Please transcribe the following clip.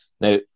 Now